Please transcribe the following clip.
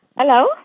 Hello